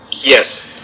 Yes